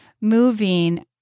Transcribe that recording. moving